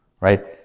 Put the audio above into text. Right